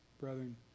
Brethren